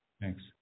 Thanks